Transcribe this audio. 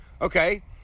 Okay